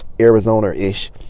Arizona-ish